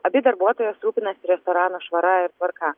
abi darbuotojos rūpinasi restorano švara ir tvarka